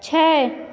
छओ